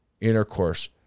intercourse